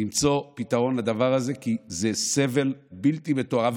למצוא פתרון לדבר הזה, כי זה סבל בלתי יתואר.